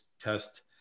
test